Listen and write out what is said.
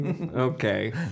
Okay